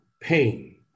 pain